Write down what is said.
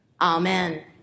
Amen